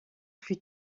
plus